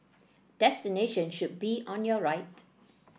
destination should be on your right